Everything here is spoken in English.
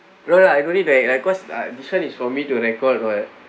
no lah I don't need I I cause uh this [one] is for me to record [what]